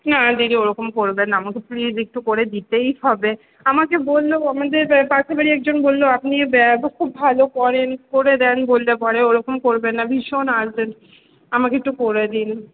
না দিদি ওরকম করবেননা আমাকে প্লিজ একটু করে দিতেই হবে আমাকে বললো আমাদের পাশের বাড়ির একজন বললো আপনি খুব ভালো করেন করে দেন বললে পরে ওরকম করবেননা ভীষণ আর্জেন্ট আমাকে একটু করে দিন